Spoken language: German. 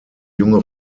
junge